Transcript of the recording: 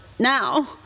Now